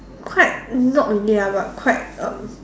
quite not really ya but quite um